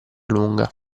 lunga